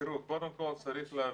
תראו, קודם כול, צריך להבין,